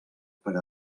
per